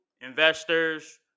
investors